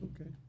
okay